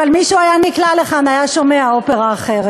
אבל מי שהיה נקלע לכאן היה שומע אופרה אחרת.